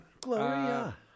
Gloria